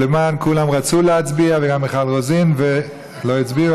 אפשר להוסיף אותי, בבקשה?